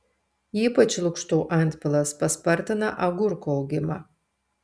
ypač lukštų antpilas paspartina agurkų augimą